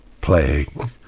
plague